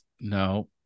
no